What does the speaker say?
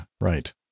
right